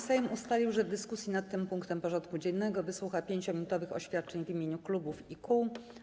Sejm ustalił, że w dyskusji nad tym punktem porządku dziennego wysłucha 5-minutowych oświadczeń w imieniu klubów i kół.